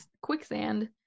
quicksand